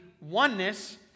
oneness